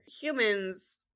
Humans